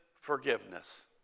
forgiveness